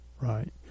right